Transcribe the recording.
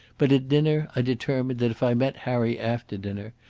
but at dinner i determined that if i met harry after dinner,